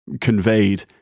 conveyed